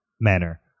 manner